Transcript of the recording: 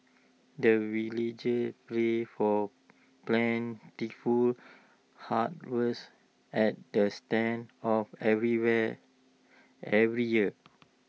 the villagers pray for plentiful harvest at the start of everywhere every year